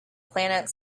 planet